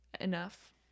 enough